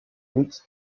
rite